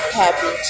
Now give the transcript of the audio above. happy